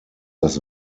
das